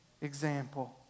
example